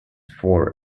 for